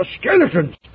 skeletons